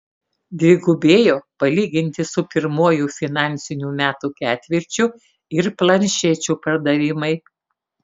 dvigubėjo palyginti su pirmuoju finansinių metų ketvirčiu ir planšečių pardavimai